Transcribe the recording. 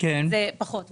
זה פחות מעניין.